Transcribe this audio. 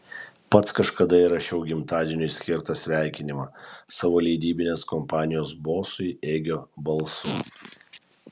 pats kažkada įrašiau gimtadieniui skirtą sveikinimą savo leidybinės kompanijos bosui egio balsu